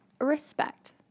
respect